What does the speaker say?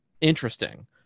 interesting